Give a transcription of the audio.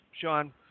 Sean